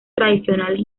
tradicionales